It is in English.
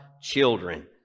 children